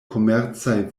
komercaj